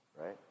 Right